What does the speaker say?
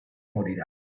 morirà